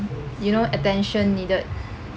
you know attention needed